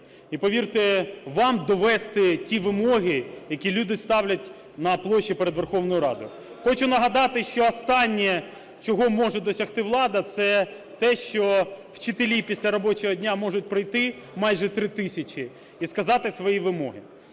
і, повірте, вам довести ті вимоги, які люди ставлять на площі перед Верховною Радою. Хочу нагадати, що останнє, чого може досягти влада, це те, що вчителі після робочого дня можуть пройти майже 3 тисячі і сказати свої вимоги.